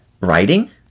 writing